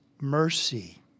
mercy